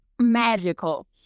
Magical